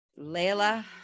Layla